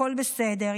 הכול בסדר.